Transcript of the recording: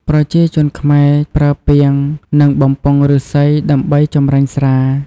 ប្រជាជនខ្មែរប្រើពាង និងបំពង់ឫស្សីដើម្បីចម្រាញ់ស្រា។